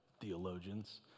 theologians